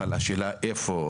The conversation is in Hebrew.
אבל השאלה איפה,